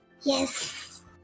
Yes